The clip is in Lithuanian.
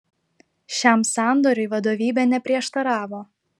šiam sandoriui vadovybė neprieštaravo